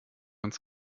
ins